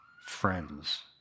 friends